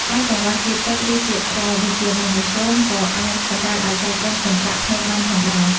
ឯ កង្វះជាតិទឹក ឬជាតិរ៉ែ ដូចជាម៉ាញ៉េស្យូម ក៏អាចបណ្ដាលឱ្យសាច់ដុំកន្ត្រាក់ភ្នែកបានផងដែរ។